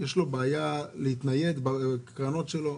יש לו בעיה להתנייד בקרנות שלו?